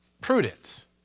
Prudence